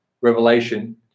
revelation